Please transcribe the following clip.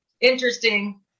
interesting